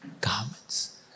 garments